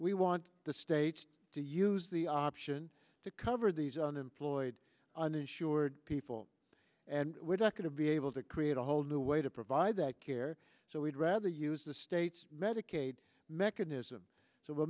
we want the states to use the option to cover these unemployed uninsured people and we're not going to be able to create a whole new way to provide that care so we'd rather use the state's medicaid mechanism so we'll